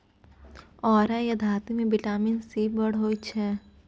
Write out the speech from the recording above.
औरा या धातृ मे बिटामिन सी बड़ होइ छै